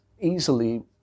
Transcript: easily